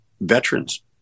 veterans